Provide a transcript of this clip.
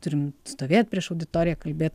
turim stovėt prieš auditoriją kalbėt